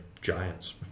giants